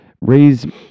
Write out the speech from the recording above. raise